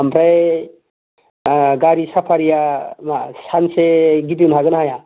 ओमफ्राय गारि साफारिया मा सानसे गिदिंनो हागोनना हाया